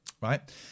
right